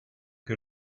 que